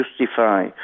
justify